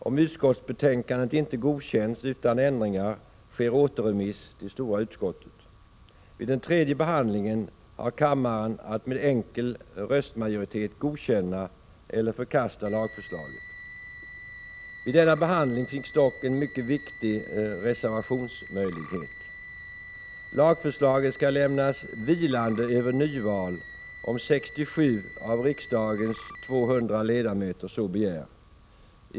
Om utskottsbetänkandet inte godkänns utan ändringar sker återremiss till stora utskottet. Vid den tredje behandlingen har kammaren att med enkel röstmajoritet godkänna eller förkasta lagförslaget. Vid denna behandling finns dock en mycket viktig reservationsmöjlighet. Lagförslaget skall lämnas vilande över nyval, om 67 av riksdagens 200 ledamöter så begär.